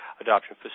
adoption